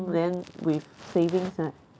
then with savings right